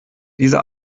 diese